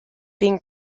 being